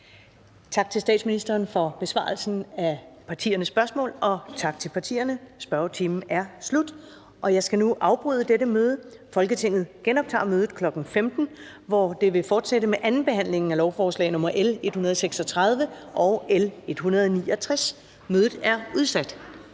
Tak til statsministeren for besvarelsen af partiernes spørgsmål, og tak til partierne. Spørgetimen er slut. Jeg skal nu afbryde dette møde. Folketinget genoptager mødet kl. 15.00, hvor vi vil fortsætte med andenbehandlingen af lovforslag nr. L 136 og L 169. --- Det næste